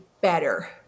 better